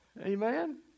Amen